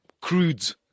crude